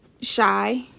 shy